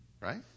Right